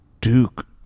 Duke